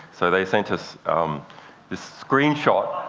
so they sent us this screen shot